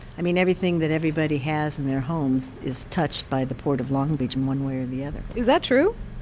i mean, everything that everybody has in their homes is touched by the port of long beach in one way or the other is that true?